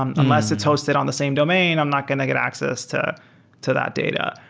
um unless it's hosted on the same domain, i'm not going to get access to to that data.